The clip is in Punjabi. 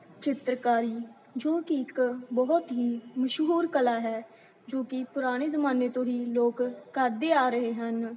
ਚਿੱਤਰਕਾਰੀ ਜੋ ਇੱਕ ਬਹੁਤ ਹੀ ਮਸ਼ਹੂਰ ਕਲਾ ਹੈ ਜੋ ਕਿ ਪੁਰਾਣੇ ਜ਼ਮਾਨੇ ਤੋਂ ਹੀ ਲੋਕ ਕਰਦੇ ਆ ਰਹੇ ਹਨ